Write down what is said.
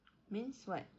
means what